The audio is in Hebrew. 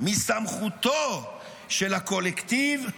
מסמכותו של הקולקטיב,